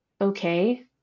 okay